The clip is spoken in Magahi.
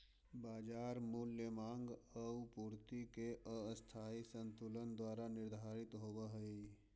बाजार मूल्य माँग आउ पूर्ति के अस्थायी संतुलन द्वारा निर्धारित होवऽ हइ